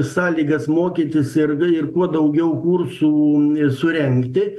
sąlygas mokytis ir kuo daugiau kursų surengti